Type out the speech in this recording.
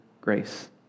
grace